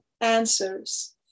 answers